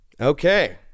Okay